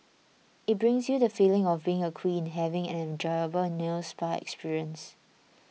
it brings you the feeling of being a queen having an enjoyable nail spa experience